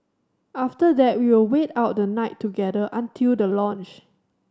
after that we will wait out the night together until the launch